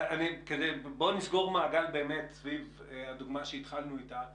בואו נסגור מעגל סביב הדוגמה שהתחלנו איתה,